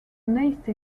nasty